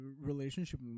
relationship